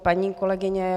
Paní kolegyně